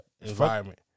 environment